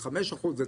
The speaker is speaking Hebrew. אם זה חמישה אחוזים,